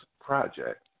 Project